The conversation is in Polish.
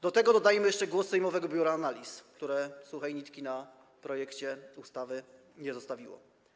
Do tego dodajmy jeszcze głos sejmowego biura analiz, które suchej nitki na projekcie ustawy nie zostawiło.